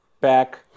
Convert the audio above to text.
back